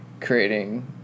creating